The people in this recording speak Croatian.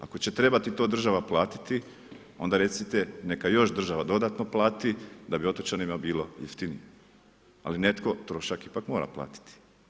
Ako će trebati to država platiti, onda recite neka još država dodatno plati da bi otočanima bilo jeftinije, ali netko trošak ipak mora platiti.